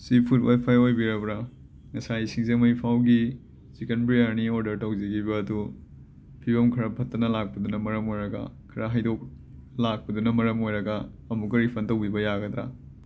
ꯁꯤ ꯐꯨꯠ ꯋꯥꯏꯐꯥꯏ ꯑꯣꯏꯕꯤꯔꯕꯔꯥ ꯉꯁꯥꯏ ꯁꯤꯡꯖꯃꯩꯐꯥꯎꯒꯤ ꯆꯤꯀꯟ ꯕ꯭ꯔꯤꯌꯥꯅꯤ ꯑꯣꯔꯗꯔ ꯇꯧꯖꯈꯤꯕ ꯑꯗꯨ ꯐꯤꯕꯝ ꯈꯔ ꯐꯠꯇꯅ ꯂꯥꯛꯄꯗꯨꯅ ꯃꯔꯝ ꯑꯣꯏꯔꯒ ꯈꯔ ꯍꯩꯗꯣꯛ ꯂꯥꯛꯄꯗꯨꯅ ꯃꯔꯝ ꯑꯣꯏꯔꯒ ꯑꯃꯨꯛꯀ ꯔꯤꯐꯟ ꯇꯧꯕꯤꯕ ꯌꯥꯒꯗꯔꯥ